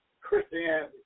Christianity